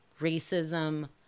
racism